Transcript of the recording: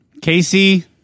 casey